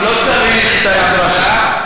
אני לא צריך את העזרה שלך.